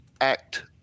Act